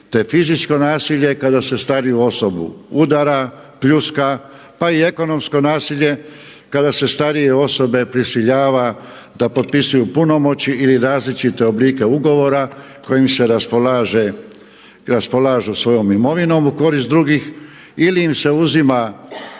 te fizičko nasilje kada se stariju osobu udara, pljuska, pa i ekonomsko nasilje kada se starije osobe prisiljava da potpisuju punomoći ili različite oblike ugovora kojim se raspolažu svojom imovinom u korist drugih ili im se uzima